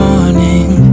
Morning